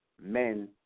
men